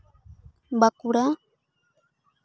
Bankura